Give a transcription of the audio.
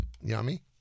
yummy